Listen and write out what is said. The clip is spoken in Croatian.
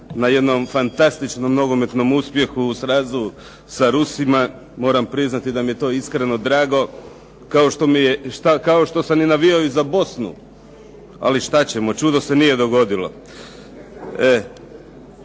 na jednom fantastičnom nogometnom uspjehu u srazu sa Rusima. Moram priznati da mi je to iskreno drago, kao što sam i navijao za Bosnu. Ali šta ćemo, čudo se nije dogodilo.